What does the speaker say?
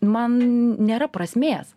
man nėra prasmės